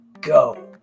go